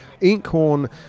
Inkhorn